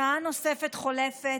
שעה נוספת חולפת,